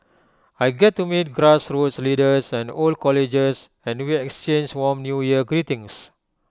I get to meet grassroots leaders and old colleges and we exchange warm New Year greetings